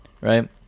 right